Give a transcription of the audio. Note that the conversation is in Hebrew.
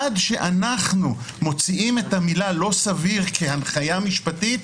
עד שאנחנו מוציאים את המילים לא סביר כהנחיה משפטית,